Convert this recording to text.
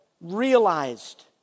realized